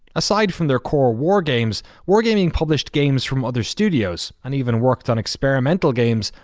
aside from their core wargames, wargaming published games from other studios and even worked on experimental games,